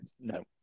no